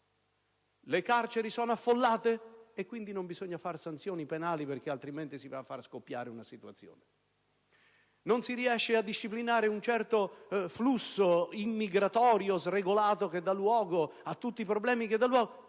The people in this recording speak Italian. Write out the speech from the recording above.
Le carceri sono affollate? Allora non bisogna adottare sanzioni penali, altrimenti si fa scoppiare una situazione. Non si riesce a disciplinare un certo flusso immigratorio sregolato che dà luogo a tanti problemi? Allora